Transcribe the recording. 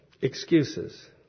Excuses